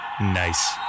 Nice